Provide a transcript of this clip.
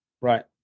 right